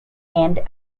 and